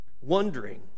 wondering